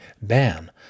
ban